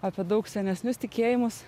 apie daug senesnius tikėjimus